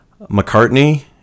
McCartney